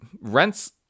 rents